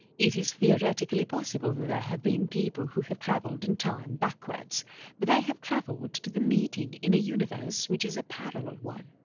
it is theoretically possible that there have been people who have travelled in time backwards but they have travelled to the meeting in a universe which is a parallel one.